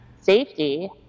safety